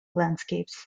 landscapes